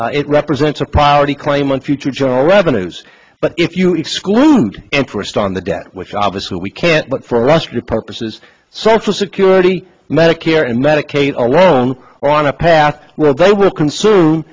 that it represents a priority claim on future general revenues but if you exclude interest on the debt which obviously we can't but for us repurpose is social security medicare and medicaid along on a path where they will consume